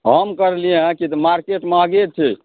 हम करलिए हँ कि मार्केट महगे छै